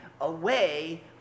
away